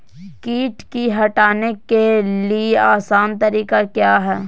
किट की हटाने के ली आसान तरीका क्या है?